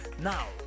Now